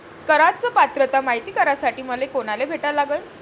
कराच पात्रता मायती करासाठी मले कोनाले भेटा लागन?